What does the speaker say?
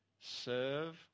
Serve